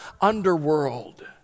underworld